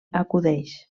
acudeix